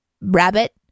rabbit